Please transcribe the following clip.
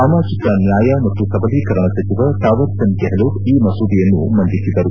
ಸಾಮಾಜಿಕ ನ್ಯಾಯ ಮತ್ತು ಸಬಲೀಕರಣ ಸಚಿವ ತಾವರ್ಚಂದ್ರ ಗೆಹ್ಲೋಟ್ ಈ ಮಸೂದೆಯನ್ನು ಮಂಡಿಸಿದರು